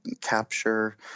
capture